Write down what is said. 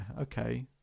okay